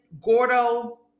Gordo